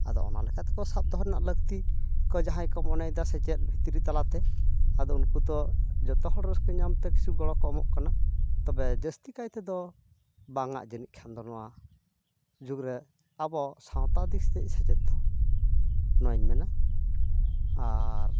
ᱟᱫᱚ ᱚᱱᱟ ᱞᱮᱠᱟᱛᱮ ᱥᱟᱵ ᱫᱚᱦᱚ ᱨᱮᱱᱟᱜ ᱞᱟᱹᱠᱛᱤ ᱠᱚ ᱡᱟᱦᱟᱸᱭ ᱠᱚ ᱢᱚᱱᱮᱭ ᱫᱟ ᱥᱮᱪᱮᱫ ᱵᱷᱤᱛᱨᱤ ᱛᱟᱞᱟᱛᱮ ᱟᱫᱚ ᱩᱱᱠᱩ ᱫᱚ ᱡᱚᱛᱚ ᱦᱚᱲ ᱨᱟᱹᱥᱠᱟᱹ ᱧᱟᱢᱛᱮ ᱠᱤᱪᱷᱩ ᱜᱚᱲᱚ ᱠᱚ ᱮᱢᱚᱜ ᱠᱟᱱᱟ ᱛᱚᱵᱮ ᱡᱟᱹᱥᱛᱤ ᱠᱟᱭᱛᱮᱫᱚ ᱵᱟᱝᱟᱜ ᱡᱟᱹᱱᱤᱡ ᱠᱷᱟᱱ ᱫᱚ ᱱᱚᱣᱟ ᱡᱩᱜᱽᱨᱮ ᱟᱵᱚ ᱥᱟᱶᱛᱟ ᱫᱤᱠ ᱥᱮᱫ ᱥᱮᱪᱮᱫ ᱫᱚ ᱱᱚᱣᱟᱧ ᱢᱮᱱᱟ ᱟᱨ